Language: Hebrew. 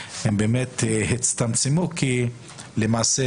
באמת הצטמצמו, כי למעשה